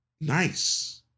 nice